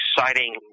exciting